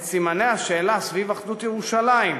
את סימני השאלה סביב אחדות ירושלים.